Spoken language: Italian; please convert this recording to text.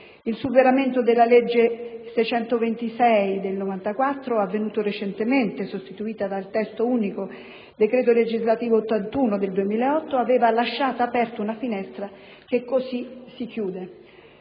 Il superamento della legge n. 626 del 1994, avvenuto recentemente, sostituita dal decreto legislativo n. 81 del 2008, aveva lasciato aperta una finestra che così si chiude.